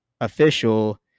official